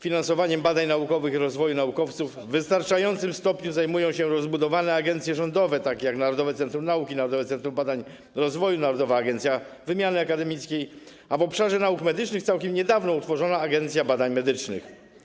Finansowaniem badań naukowych i rozwoju naukowców w wystarczającym stopniu zajmują się rozbudowane agencje rządowe, takie jak Narodowe Centrum Nauki, Narodowe Centrum Badań i Rozwoju, Narodowa Agencja Wymiany Akademickiej, a w obszarze nauk medycznych całkiem niedawno utworzona Agencja Badań Medycznych.